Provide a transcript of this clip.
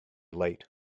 late